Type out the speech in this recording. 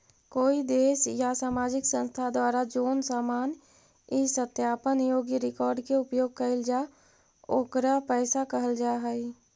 कोई देश या सामाजिक संस्था द्वारा जोन सामान इ सत्यापन योग्य रिकॉर्ड के उपयोग कईल जा ओकरा पईसा कहल जा हई